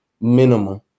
minimum